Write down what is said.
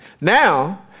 Now